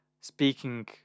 speaking